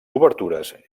obertures